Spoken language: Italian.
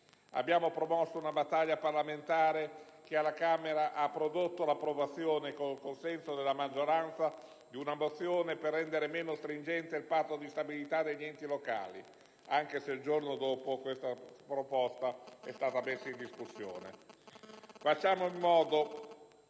Abbiamo promosso una battaglia parlamentare che alla Camera ha dato luogo all'approvazione, con il consenso della maggioranza, di una mozione per rendere meno stringente il Patto di stabilità degli enti locali, anche se il giorno dopo tale proposta è stata messa in discussione.